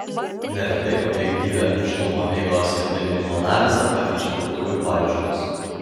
neretai objektyvią nėštumo eigos ir gimdymo analizę pakeičia kaltųjų paieškos